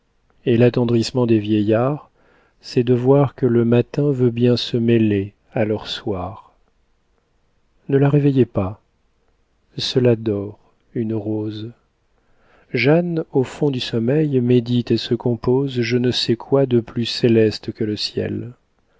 et l'attendrissement des vieillards c'est de voir que le matin veut bien se mêler à leur soir ne la réveillez pas cela dort une rose jeanne au fond du sommeil médite et se compose je ne sais quoi de plus céleste que le ciel